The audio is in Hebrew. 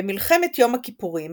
במלחמת יום הכיפורים